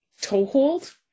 toehold